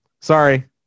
Sorry